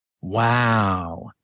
Wow